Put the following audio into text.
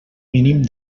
mínim